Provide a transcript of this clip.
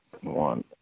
one